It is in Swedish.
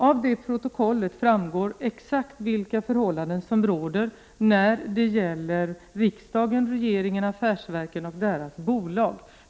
Av protokollet från den dagen framgår exakt vilka förhållanden som råder när det gäller riksdagen, regeringen och statens bolag.